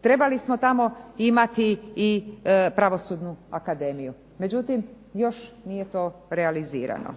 Trebali smo tamo imati i pravosudnu akademiju, međutim još nije to realizirano.